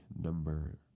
number